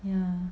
mm